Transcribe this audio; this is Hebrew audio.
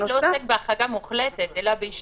11(ב) לא עוסק בהחרגה מוחלטת אלא בהשתדלות.